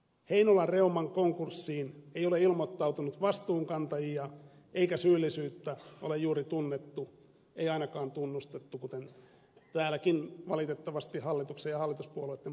heinolan reuman konkurssiin ei ole ilmoittautunut vastuunkantajia eikä syyllisyyttä ole juuri tunnettu ei ainakaan tunnustettu kuten täälläkin valitettavasti hallituksen ja hallituspuolueitten puheista olemme kuulleet